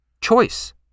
choice